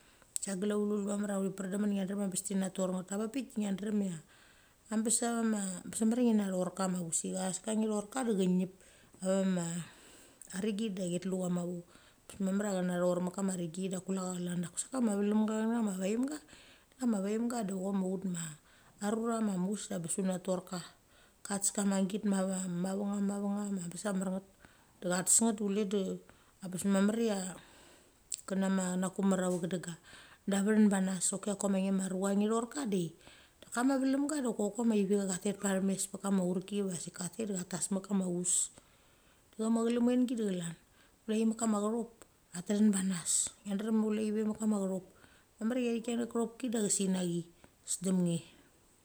Sagalaulu mamar a uthi pren dem nget ngia drem cha bes ti na tor nget. Avak pik de ngia drem cha ngia thorka mar pusicha asik ka ngi thorka de chinap avama renggi de chi tulu cha mavo. Abes mamar cha tha naur met kama renggi de kule cha chlan. Da kusek kama vlemga chenecchama vaemga, kama a vaemga de chok ma ut ma arura ma muchaves da bes utna tor ka. Kates kama git a bes a mar nget, da cha tes nget de chule da abes mamar kanama chukumar a va chadenga. Da vethin bethanas choki ko ma nge ma rucha ngi roka de. Kama vlemga da kok macha cha tet pathemes pekema aurki deva asik ka tet de cha tasmek mek ka ma us. Da cha ma chelemmengi de chlan. Kule chi mek kama chechop athin bechanas. Nge drem chule ve mek kama chechop. Mamar cha thi kina nachama chechopki, de a chesin cha thi sedem nge.